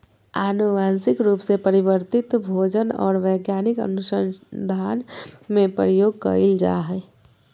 आनुवंशिक रूप से परिवर्तित भोजन और वैज्ञानिक अनुसन्धान में प्रयोग कइल जा हइ